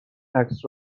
عکس